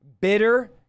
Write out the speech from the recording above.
bitter